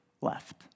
left